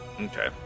Okay